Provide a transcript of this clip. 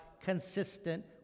consistent